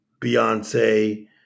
Beyonce